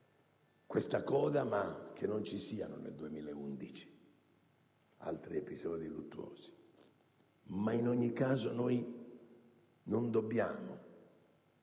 questa coda e che non ci siano nel 2011 altri episodi luttuosi. In ogni caso, però, non dobbiamo